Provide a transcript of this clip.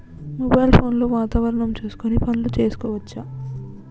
Mobile phone లో వాతావరణం చూసుకొని పనులు చేసుకోవచ్చా?